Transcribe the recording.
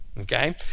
okay